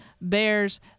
Bears